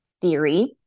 theory